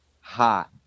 hot